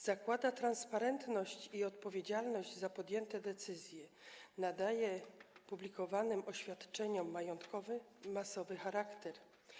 Zakłada transparentność i odpowiedzialność za podjęte decyzje, nadaje publikowanym oświadczeniom majątkowym masowy charakter.